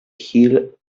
hill